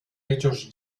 ellos